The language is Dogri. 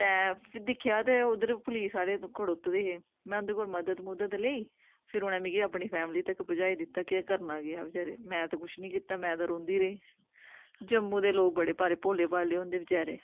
ते फ्ही दिक्खेआ ते उद्धर पुलिस आह्ले खड़ोते दे हे में उं'दे कोला मदद मुदद लेई फिर उ'नें मिगी अपनी फैमली तकर पुजाई दित्ता कि केह् करना केह् हा बेचारें में ते कुछ निं कीता में ते रोंदी रेही जम्मू दे लोक बड़े भारे भोले बाले होंदे बचैरे